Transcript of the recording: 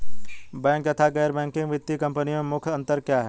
Bank तथा गैर banking वित्तीय कंपनियों में मुख्य अंतर क्या है?